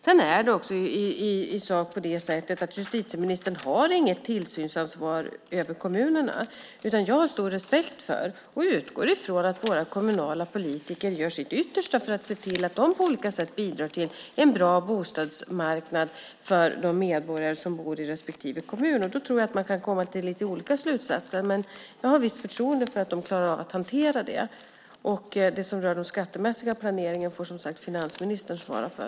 Sedan är det i sak på det sättet att justitieministern inte har något tillsynsansvar över kommunerna. Jag har stor respekt för våra kommunala politiker och utgår från att de gör sitt yttersta för att se till att de på olika sätt bidrar till en bra bostadsmarknad för de medborgare som bor i respektive kommun. Då tror jag att man kan komma fram till lite olika slutsatser. Men jag har visst förtroende för att de klarar av att hantera det här. Och det som rör den skattemässiga planeringen får, som sagt, finansministern svara för.